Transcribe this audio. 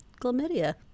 chlamydia